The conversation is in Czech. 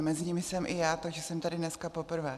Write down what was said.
Mezi nimi jsem i já, takže jsem tady dneska poprvé.